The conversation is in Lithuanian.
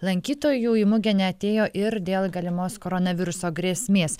lankytojų į mugę neatėjo ir dėl galimos koronaviruso grėsmės